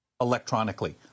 electronically